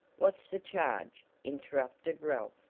what's the charge? interrupted ralph.